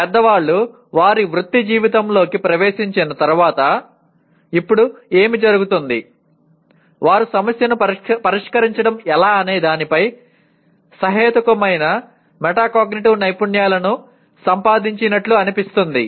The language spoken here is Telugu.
పెద్దవాళ్ళు వారి వృత్తి జీవితంలోకి ప్రవేశించిన తర్వాత ఇప్పుడు ఏమి జరుగుతుంది వారు సమస్యను పరిష్కరించడం ఎలా అనే దానిపై సహేతుకమైన మెటాకాగ్నిటివ్ నైపుణ్యాలను సంపాదించినట్లు అనిపిస్తుంది